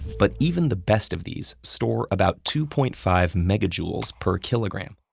but even the best of these store about two point five megajoules per kilogram.